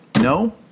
no